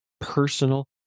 personal